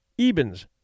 ebens